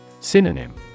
Synonym